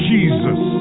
Jesus